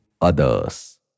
others